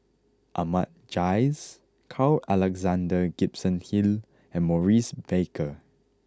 Ahmad Jais Carl Alexander Gibson Hill and Maurice Baker